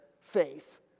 faith